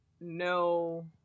no